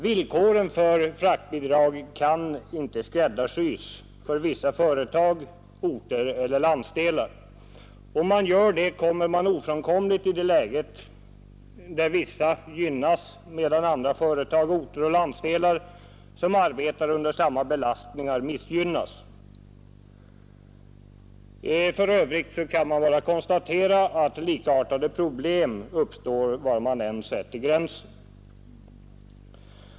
Villkoren för fraktbidrag kan inte ”skräddarsys” för vissa företag, orter eller landsdelar. Om man gör det kommer man ofrånkomligen i det läget att vissa gynnas medan andra företag, orter och landsdelar, som arbetar under samma belastningar, missgynnas. För övrigt uppstår likartade problem var man än sätter gränsen.